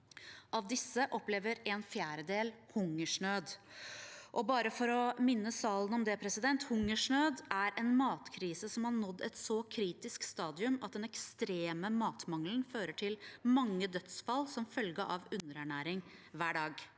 av Palestina opplever en fjerdedel hungersnød. Bare for å minne salen om det: Hungersnød er en matkrise som har nådd et så kritisk stadium at den ekstreme matmangelen fører til mange dødsfall som følge av underernæring hver dag.